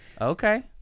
Okay